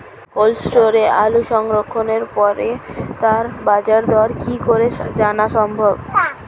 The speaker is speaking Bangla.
কোল্ড স্টোরে আলু সংরক্ষণের পরে তার বাজারদর কি করে জানা সম্ভব?